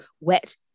wet